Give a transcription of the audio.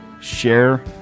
share